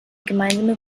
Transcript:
gemeinsame